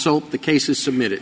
so the case is submitted